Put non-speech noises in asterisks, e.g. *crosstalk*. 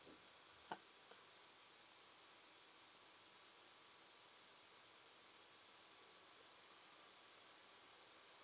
*noise*